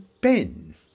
Ben